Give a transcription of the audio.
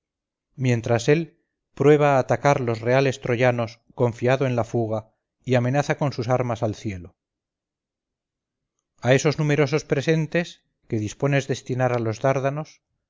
mientras él prueba a atacar los reales troyanos confiado en la fuga y amenaza con sus armas al cielo a esos numerosos presentes que dispones destinar a los dárdanos